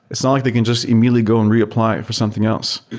it's not like they can just immediately go and reapply for something else.